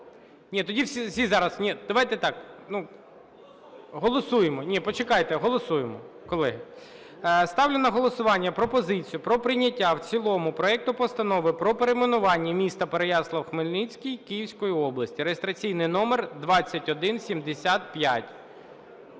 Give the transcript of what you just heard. Ні, тоді всі зараз. Ні, давайте так, ну… Голосуємо. Ні, почекайте. Голосуємо, колеги. Ставлю на голосування пропозицію про прийняття в цілому проекту Постанови про перейменування міста Переяслав-Хмельницький Київської області (реєстраційний номер 2175).